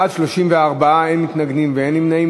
בעד, 34, אין מתנגדים ואין נמנעים.